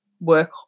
work